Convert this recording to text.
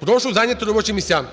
прошу зайняти робочі місця.